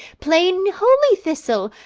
plain holy-thistle.